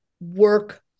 work